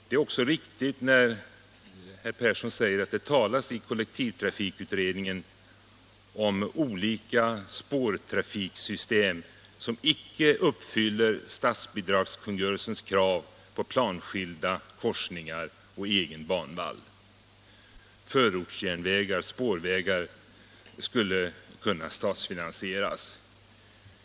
Det är riktigt, när herr Persson säger att det talas i kollektivtrafikutredningen om olika spårtrafiksystem som icke uppfyller statsbidragskungörelsens krav på planskilda korsningar och egen banvall. Förortsjärnvägar och spårvägar borde enligt utredningens mening kunna statsfinansieras.